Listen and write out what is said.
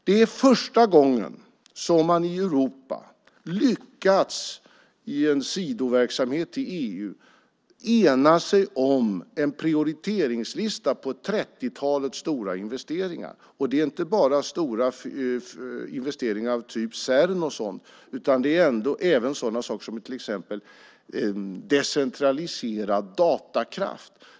Det är första gången som man i Europa har lyckats att i en sidoverksamhet till EU ena sig om en prioriteringslista på trettiotalet stora investeringar, och det är inte bara stora investeringar av typ Cern. Det är även sådana saker som decentraliserad datakraft.